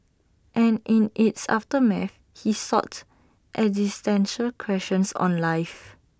and in its aftermath he sought existential questions on life